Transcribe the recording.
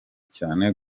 cyane